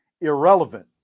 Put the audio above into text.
irrelevant